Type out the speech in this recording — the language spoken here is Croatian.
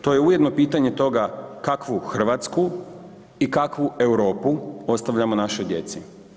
To je ujedno pitanje toga kakvu Hrvatsku i kakvu Europu ostavljamo našoj djeci.